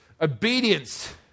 obedience